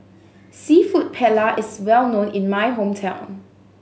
Seafood Paella is well known in my hometown